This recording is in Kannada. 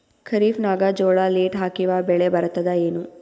ಖರೀಫ್ ನಾಗ ಜೋಳ ಲೇಟ್ ಹಾಕಿವ ಬೆಳೆ ಬರತದ ಏನು?